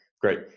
great